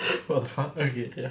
what the fuck okay